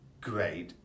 great